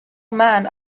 man